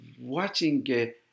watching